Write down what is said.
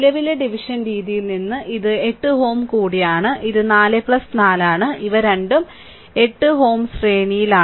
നിലവിലെ ഡിവിഷൻ രീതിയിൽ നിന്ന് ഇത് 8Ω കൂടിയാണ് ഇതും 4 4 ആണ് ഇവ രണ്ടും 8 Ω ശ്രേണിയിലാണ്